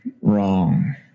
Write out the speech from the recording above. wrong